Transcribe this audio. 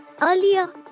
Earlier